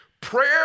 Prayer